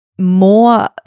more